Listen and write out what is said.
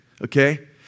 okay